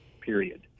period